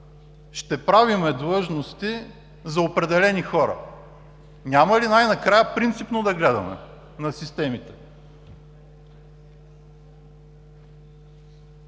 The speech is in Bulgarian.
ще правим длъжности за определени хора? Няма ли най-накрая принципно да гледаме на системите?